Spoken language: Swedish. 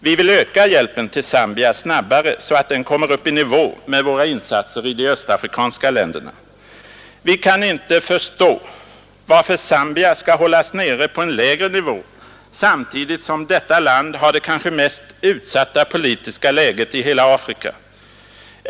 Vi vill öka hjälpen till Zambia snabbare, så att den kommer upp i nivå med våra insatser i de östafrikanska länderna. Vi kan inte förstå varför Zambia skall hållas nere på en lägre nivå, samtidigt som detta land har det kanske mest utsatta politiska läget i hela Afrika.